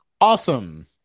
Awesome